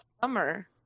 summer